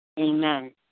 Amen